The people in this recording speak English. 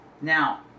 Now